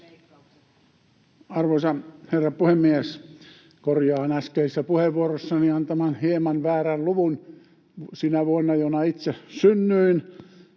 Arvoisa herra puhemies! Korjaan äskeisessä puheenvuorossani antamani hieman väärän luvun: sinä vuonna, jona itse synnyin,